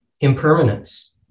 impermanence